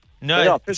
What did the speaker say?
No